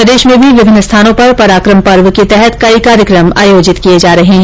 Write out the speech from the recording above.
प्रदेश में भी विभिन्न स्थानों पर पराक्रम पर्व के तहत कई कार्यक्रम आयोजित किए जा रहे है